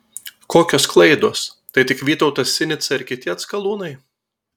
kokios klaidos tai tik vytautas sinica ir kiti atskalūnai